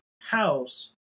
house